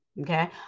Okay